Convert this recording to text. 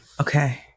Okay